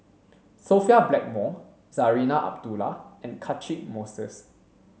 Sophia Blackmore Zarinah Abdullah and Catchick Moses